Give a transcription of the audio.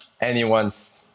Anyone's